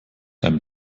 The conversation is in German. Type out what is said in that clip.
einem